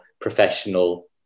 professional